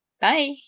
Bye